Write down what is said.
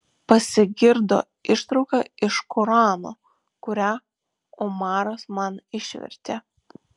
pasigirdo ištrauka iš korano kurią omaras man išvertė